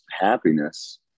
happiness